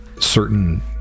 certain